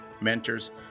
mentors